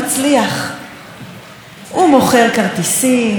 הוא מוכר כרטיסים, הוא ממלא אולמות,